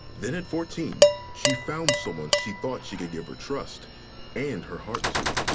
then, at fourteen she found someone she thought she could give her trust and her heart to.